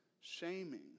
shaming